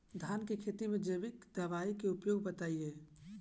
धान के खेती में जैविक दवाई के उपयोग बताइए?